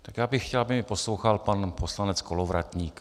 Tak já bych chtěl, aby mě poslouchal pan poslanec Kolovratník.